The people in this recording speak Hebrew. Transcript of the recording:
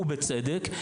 ובצדק,